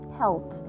health